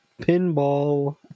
Pinball